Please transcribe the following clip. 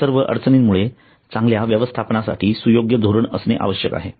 या सर्व अडचणीमुळे चांगल्या व्यवस्थापनासाठी सुयोग्य धोरण असणे आवश्यक आहे